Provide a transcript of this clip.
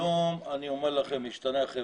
היום השתנה המצב.